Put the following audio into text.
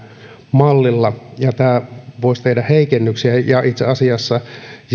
mallilla ja tämä voisi tehdä heikennyksiä ja ja itse asiassa